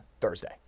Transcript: Thursday